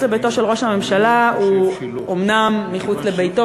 לביתו של ראש הממשלה הוא אומנם מחוץ לביתו,